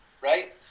right